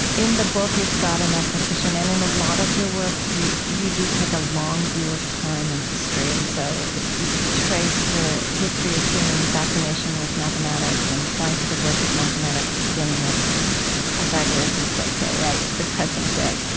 in the book is god a mathematician? and in a lot of your work, you you do take a long view of time and history and so you trace the history of human fascination with mathematics and scientific work with mathematics beginning with pythagoras and plato, right, to the present day.